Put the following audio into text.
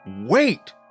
Wait